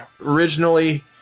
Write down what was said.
originally